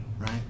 right